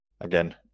again